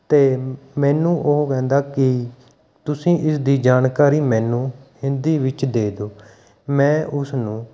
ਅਤੇ ਮੈਨੂੰ ਉਹ ਕਹਿੰਦਾ ਕਿ ਤੁਸੀਂ ਇਸ ਦੀ ਜਾਣਕਾਰੀ ਮੈਨੂੰ ਹਿੰਦੀ ਵਿੱਚ ਦੇ ਦਿਉ ਮੈਂ ਉਸਨੂੰ